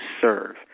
serve